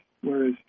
Whereas